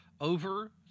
over